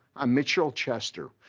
i'm mitchell chester,